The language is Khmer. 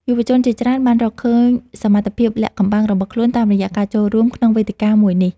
យុវជនជាច្រើនបានរកឃើញសមត្ថភាពលាក់កំបាំងរបស់ខ្លួនតាមរយៈការចូលរួមក្នុងវេទិកាមួយនេះ។